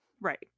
Right